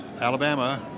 Alabama